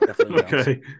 Okay